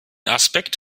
aspekt